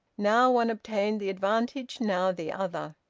now one obtained the advantage, now the other.